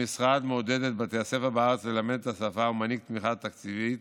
המשרד מעודד את בתי הספר בארץ ללמד את השפה ומעניק תמיכה תקציבית